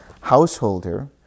Householder